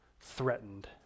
threatened